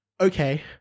Okay